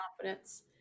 confidence